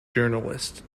journalists